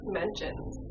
mentions